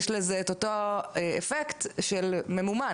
יש לו את אותו אפקט של ממומן,